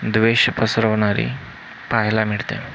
द्वेष पसरवणारी पाहायला मिळते